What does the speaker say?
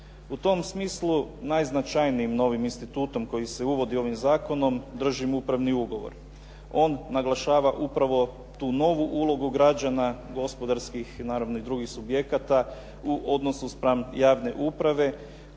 U tom smislu najznačajnijim novim institutom koji se uvodi ovim Zakonom, držim upravni ugovor. On naglašava upravo tu novu ulogu građana gospodarskih i naravno i drugih subjekata u odnosu spram javne uprave